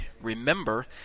Remember